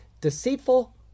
deceitful